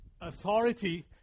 authority